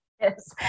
Yes